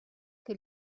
que